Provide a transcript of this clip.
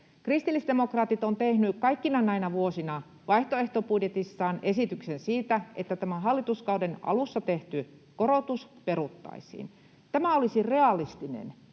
Kristillisdemokraatit ovat tehneet kaikkina näinä vuosina vaihtoehtobudjetissaan esityksen siitä, että tämä hallituskauden alussa tehty korotus peruttaisiin. Tämä olisi realistinen